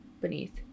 beneath